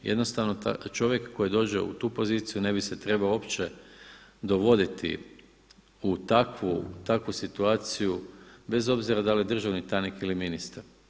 Jednostavno čovjek koji dođe u tu poziciju ne bi se trebao uopće dovoditi u takvu situaciju, bez obzira da li je državni tajnik ili ministar.